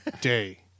Day